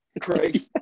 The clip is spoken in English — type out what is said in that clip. Craig